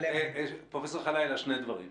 פרופ' ח'לאילה, שני דברים.